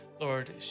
Lord